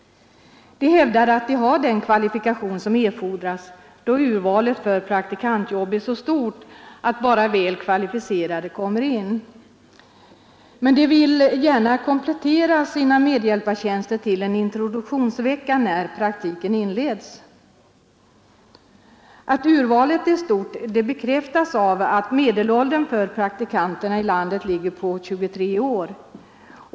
De hävdar att de har den kvalifikation som erfordras, då urvalet för praktikantjobb är så stort att bara väl kvalificerade kommer in. Men de vill gärna komplettera sina medhjälpartjänster med en introduktionsvecka när praktiken inleds. Att urvalet är stort bekräftas av det faktum att medelåldern för praktikanterna i landet ligger på 23 år.